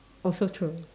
also true